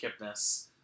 Kipnis